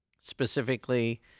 specifically